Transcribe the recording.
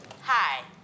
Hi